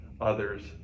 others